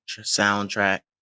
soundtrack